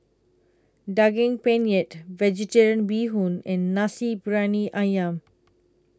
Daging Penyet Vegetarian Bee Hoon and Nasi Briyani Ayam